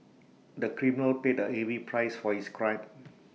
the criminal paid A heavy price for his crime